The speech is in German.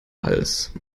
hals